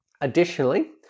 Additionally